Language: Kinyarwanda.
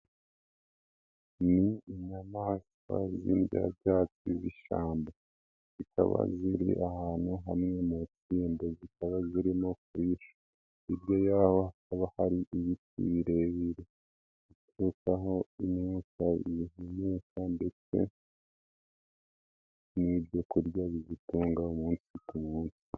Ni inyamaswa z'indyabyatsi z'ishyamba, zikaba ziri ahantu hamwe, zikaba zirimo kurisha. Hirya yazo hakaba hari ibiti birebire biturukaho umwuka zihumeka ndetse n'ibyo kurya bizitunga umunsi ku munsi.